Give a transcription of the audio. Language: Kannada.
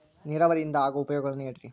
ನೇರಾವರಿಯಿಂದ ಆಗೋ ಉಪಯೋಗಗಳನ್ನು ಹೇಳ್ರಿ